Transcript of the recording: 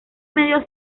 medio